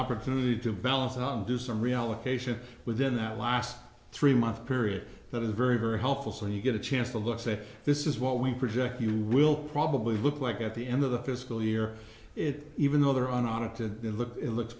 opportunity to balance out and do some reallocation within that last three month period that is very very helpful so you get a chance to look say this is what we project you will probably look like at the end of the fiscal year it even though there are not to look it looks